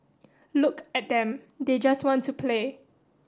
look at them they just want to play